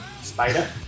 spider